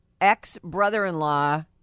ex-brother-in-law